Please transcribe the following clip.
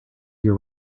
your